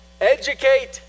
educate